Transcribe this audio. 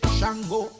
Shango